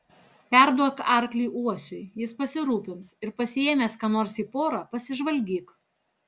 perduok arklį uosiui jis pasirūpins ir pasiėmęs ką nors į porą pasižvalgyk